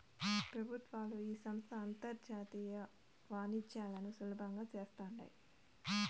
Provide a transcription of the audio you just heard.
పెబుత్వాలు ఈ సంస్త ద్వారా అంతర్జాతీయ వాణిజ్యాలను సులబంగా చేస్తాండాయి